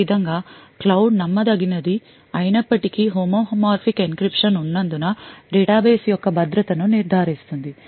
ఈ విధంగా ఈ క్లౌడ్ నమ్మదగనిది అయినప్పటికీ హోమోమార్ఫిక్ encryption ఉన్నందున డేటాబేస్ యొక్క భద్రత ను నిర్ధారిస్తుంది